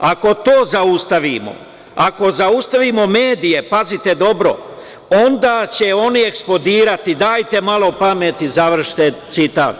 Ako to zaustavimo, ako zaustavimo medije, pazite dobro, onda će oni eksplodirati, dajte malo pameti, završen citat.